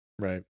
Right